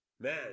Man